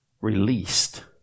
released